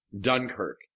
Dunkirk